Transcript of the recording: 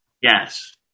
Yes